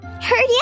Hurry